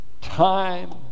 time